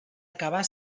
acabar